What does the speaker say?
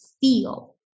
feel